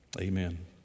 Amen